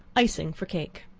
icing for cake.